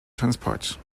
transport